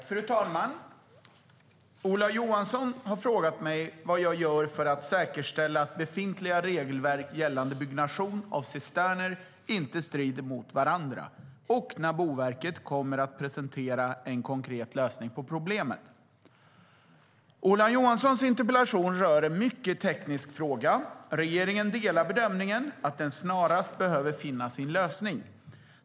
Fru talman! Ola Johansson har frågat mig vad jag gör för att säkerställa att befintliga regelverk gällande byggnation av cisterner inte strider mot varandra och när Boverket kommer att presentera en konkret lösning på problemet. Ola Johanssons interpellation rör en mycket teknisk fråga. Regeringen delar bedömningen att den snarast behöver finna sin lösning.